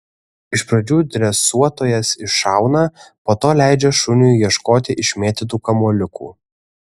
iš pradžių dresuotojas iššauna po to leidžia šuniui ieškoti išmėtytų kamuoliukų